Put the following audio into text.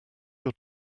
your